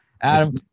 adam